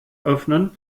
öffnen